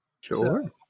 Sure